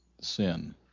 sin